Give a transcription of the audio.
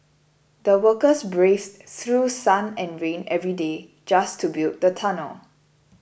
the workers braved through sun and rain every day just to build the tunnel